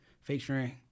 featuring